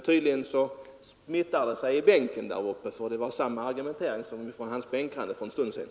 Tydligen smittar det i bänken där uppe, för det var samma argumentering som hans bänkgranne använde för en stund sedan.